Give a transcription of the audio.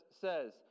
says